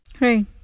right